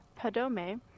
Padome